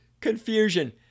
Confusion